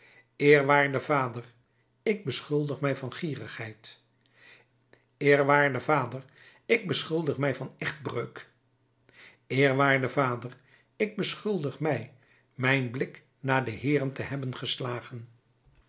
eerwaarde vader ik beschuldig mij van gierigheid eerwaarde vader ik beschuldig mij van echtbreuk eerwaarde vader ik beschuldig mij mijn blik naar de heeren te hebben geslagen